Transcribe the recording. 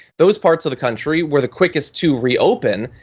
those parts of the country where the quickest to reopen.